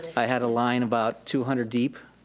i had a line about two hundred deep,